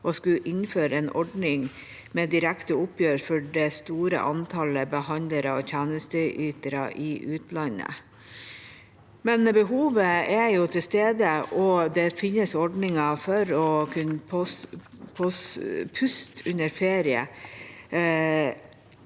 å skulle innføre en ordning med direkte oppgjør for det store antall behandlere og tjenesteytere i utlandet. Men behovet er til stede, og det finnes ordninger for å kunne puste på ferie.